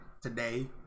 today